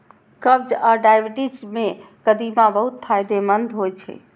कब्ज आ डायबिटीज मे कदीमा बहुत फायदेमंद होइ छै